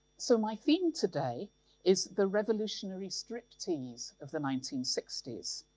so my theme today is the revolutionary striptease of the nineteen sixty s.